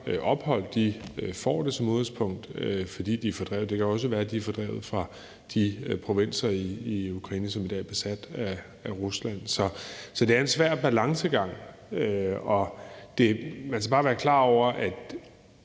ophold, som udgangspunkt får det, fordi de er fordrevet. Det kan jo også være, de er fordrevet fra de provinser i Ukraine, som i dag er besat af Rusland. Så det er en svær balancegang. Og man skal bare være klar over, at